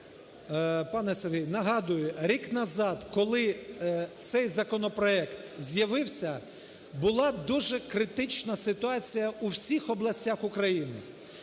Пане Сергій, нагадую. Рік назад, коли цей законопроект з'явився, була дуже критична ситуація у всіх областях України.